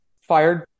fired